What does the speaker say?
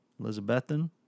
Elizabethan